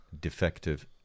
defective